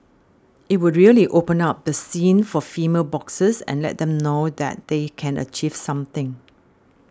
it would really open up the scene for female boxers and let them know that they can achieve something